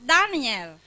Daniel